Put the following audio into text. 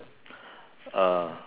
uh